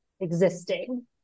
existing